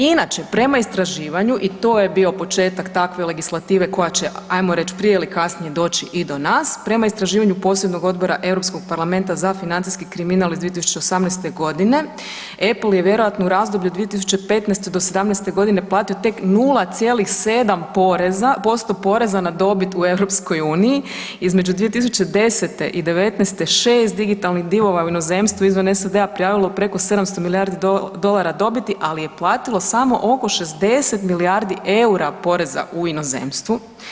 Inače prema istraživanju i to je bio početak takve legislative koja će ajmo reć prije ili kasnije doći i do nas, prema istraživanju posebnog odbora Europskog parlamenta za financijski kriminal iz 2018.g. Apple je vjerojatno u razdoblju od 2015. do '17.g. platio tek 0,7% poreza na dobit u EU, između 2010. i '19. 6 digitalnih divova je u inozemstvu izvan SAD-a prijavilo preko 700 milijardi dolara dobiti, ali je platilo samo oko 60 milijardi EUR-a poreza u inozemstvu.